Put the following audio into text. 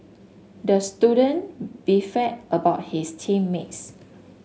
the student beefed about his team mates